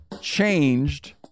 changed